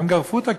הם גרפו את הכסף.